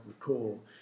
recall